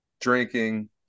drinking